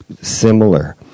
similar